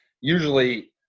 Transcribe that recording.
usually